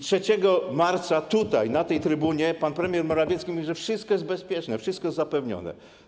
3 marca tutaj, na tej trybunie, pan premier Morawiecki mówił, że wszystko jest bezpieczne, wszystko jest zapewnione.